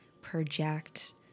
project